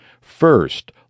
First